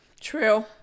true